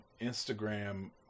Instagram